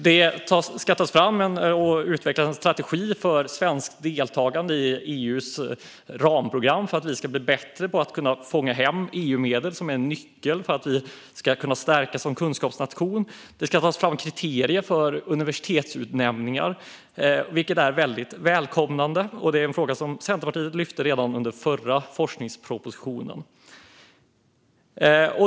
Det ska tas fram och utvecklas en strategi för svenskt deltagande i EU:s ramprogram för att vi ska bli bättre på att ta hem EU-medel, som är en nyckel till att vi ska stärkas som kunskapsnation. Kriterier ska tas fram för universitetsutnämningar, vilket är välkommet och en fråga som Centerpartiet lyfte upp redan i samband med den förra forskningspropositionen.